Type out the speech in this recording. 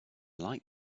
like